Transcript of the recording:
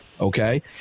Okay